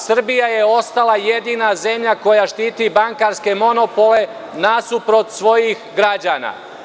Srbija je ostala jedina zemlja koja štiti bankarske monopole nasuprot svojih građana.